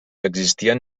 existien